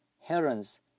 herons